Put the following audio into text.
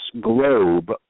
globe